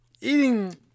Eating